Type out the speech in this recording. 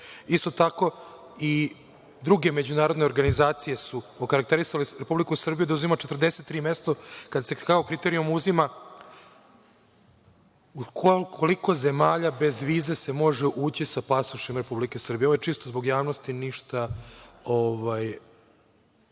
to. Isto tako, i druge međunarodne organizacije su okarakterisale Republiku Srbiju da zauzima 43. mesto kada se kao kriterijum uzima u koliko zemalja bez vize se može ući sa pasošem Republike Srbije. Ovo je čisto zbog javnosti i